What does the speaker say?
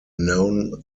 noun